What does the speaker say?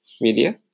media